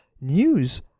news